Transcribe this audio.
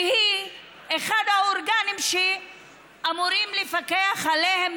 שהיא אחד האורגנים שאמורים לפקח עליהם,